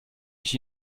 ich